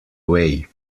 way